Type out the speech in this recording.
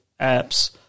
apps